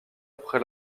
après